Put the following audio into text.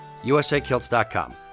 usakilts.com